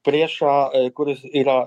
priešą kuris yra